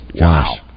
Wow